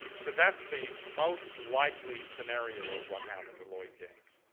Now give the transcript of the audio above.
so that's the most likely scenario of what happened to lloyd gaines.